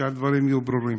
שהדברים יהיו ברורים.